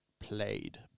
played